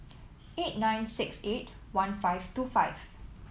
eight nine six eight one five two five